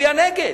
מצביע נגד?